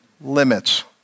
Limits